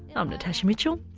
i'm natasha mitchell.